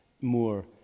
more